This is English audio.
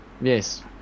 Yes